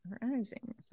Rising